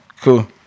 Cool